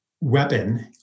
weapon